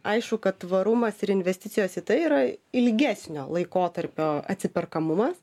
aišku kad tvarumas ir investicijos į tai yra ilgesnio laikotarpio atsiperkamumas